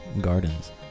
Gardens